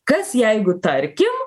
kas jeigu tarkim